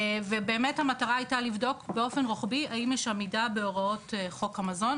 ובאמת המטרה הייתה לבדוק באופן רוחבי האם יש עמידה בהוראות חוק המזון.